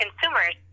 consumers